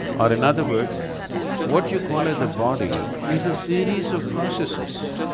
or in other words what you call as a body is a series of processes.